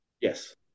Yes